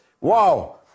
Wow